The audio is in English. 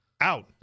Out